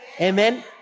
Amen